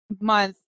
month